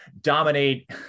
dominate